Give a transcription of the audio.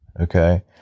Okay